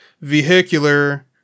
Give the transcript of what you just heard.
vehicular